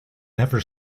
never